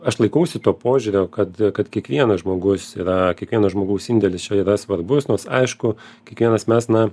aš laikausi to požiūrio kad kad kiekvienas žmogus yra kiekvieno žmogaus indėlis čia yra svarbus nors aišku kiekvienas mes na